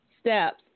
steps